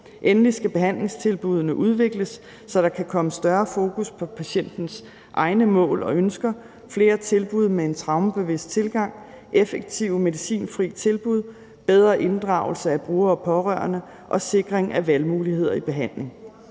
Endelig skal behandlingstilbuddene udvikles, så der kan komme større fokus på patientens egne mål og ønsker, flere tilbud med en traumebevidst tilgang, effektive medicinfri tilbud, bedre inddragelse af brugere og pårørende og sikring af valgmuligheder i behandling.